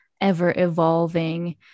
ever-evolving